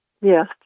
Yes